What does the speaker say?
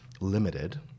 limited